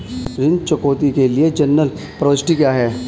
ऋण चुकौती के लिए जनरल प्रविष्टि क्या है?